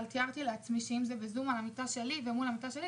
אבל תיארתי לעצמי שאם זה בזום על המיטה שלי ומול המיטה שלי,